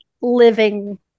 living